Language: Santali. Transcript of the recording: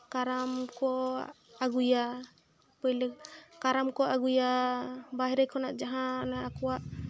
ᱠᱟᱨᱟᱢ ᱠᱚ ᱟᱹᱜᱩᱭᱟ ᱯᱳᱭᱞᱳ ᱠᱟᱨᱟᱢ ᱠᱚ ᱟᱹᱜᱩᱭᱟ ᱵᱟᱦᱨᱮ ᱠᱷᱚᱱᱟᱜ ᱡᱟᱦᱟᱸ ᱟᱠᱚᱣᱟᱜ